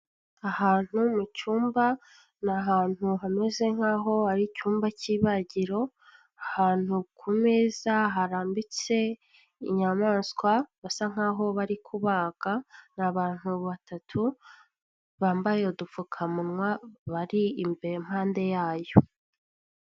Ahantu mu cyumba, ni ahantu hameze nkaho hari icyumba cy'ibagiro, ahantu ku meza harambitse inyamaswa, basa nkaho bari kubaga, ni abantu batatu, bambaye udupfukamunwa, bari impande yayo.